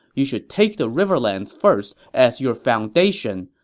you should take the riverlands first as your foundation,